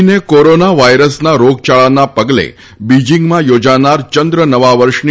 ચીને કોરોના વાયરસના રોગયાળાના પગલે બિજિંગમાં યોજાનાર ચંદ્ર નવા વર્ષની